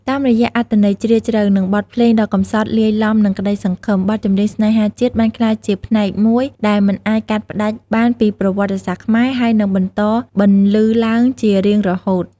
តាមរយៈអត្ថន័យជ្រាលជ្រៅ និងបទភ្លេងដ៏កំសត់លាយឡំនឹងក្តីសង្ឃឹម បទចម្រៀងស្នេហាជាតិបានក្លាយជាផ្នែកមួយដែលមិនអាចកាត់ផ្ដាច់បានពីប្រវត្តិសាស្ត្រខ្មែរ ហើយនឹងបន្តបន្លឺឡើងជារៀងរហូត។